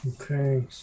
Okay